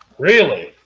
really,